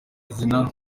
zina